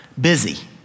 busy